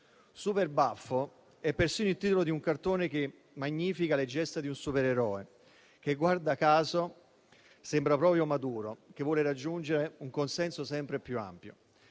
Super Baffo è persino il titolo di un cartone che magnifica le gesta di un supereroe che - guarda caso - sembra proprio Maduro, che vuole raggiungere un consenso sempre più ampio.